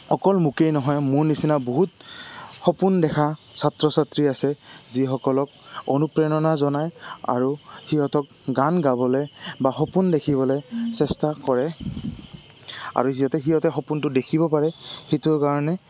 অকল মোকেই নহয় মোৰ নিচিনা বহুত সপোন দেখা ছাত্ৰ ছাত্ৰী আছে যিসকলক অনুপ্ৰেৰণা জনায় আৰু সিহঁতক গান গাবলে বা সপোন দেখিবলে চেষ্টা কৰে আৰু সিহঁতে সিহঁতে সপোনটো দেখিব পাৰে সেইটোৰ কাৰণে